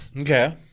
Okay